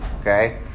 Okay